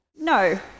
No